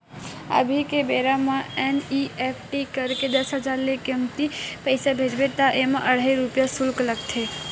अभी के बेरा म एन.इ.एफ.टी करके दस हजार ले कमती पइसा भेजबे त एमा अढ़हइ रूपिया सुल्क लागथे